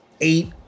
eight